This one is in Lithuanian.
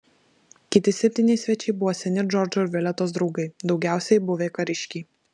kiti septyni svečiai buvo seni džordžo ir violetos draugai daugiausiai buvę kariškiai